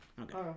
Okay